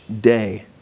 day